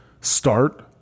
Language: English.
start